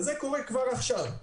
זה קורה כבר עכשיו.